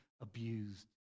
abused